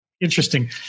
interesting